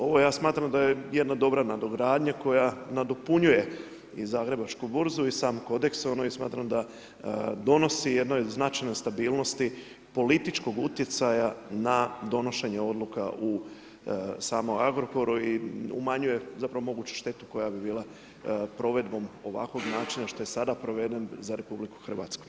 Ovo ja smatram da je jedna dobra nadogradnja koja nadopunjuje i zagrebačku burzu i sam kodeks i smatram da donosi jednoj značajnoj stabilnosti političkog utjecaja na donošenje odluka u samom Agrokoru i umanjuje zapravo moguću štetu koja bi bila provedbom ovakvog načina kao što je sada proveden za RH.